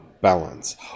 balance